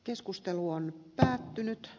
keskustelu on päättynyt